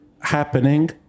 Happening